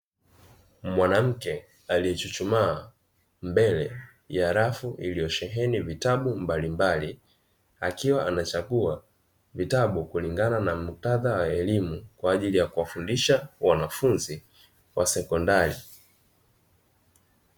Mwanamke aliyechuchumaa mbele ya rafu iliyosheheni vitabu mbalimbali akiwa anachagua vitabu kulingana na muktadha wa elimu kwa ajili ya kuwafundisha wanafunzi wa sekondari.